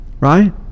Right